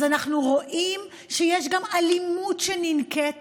אז אנחנו רואים שיש גם אלימות שננקטת.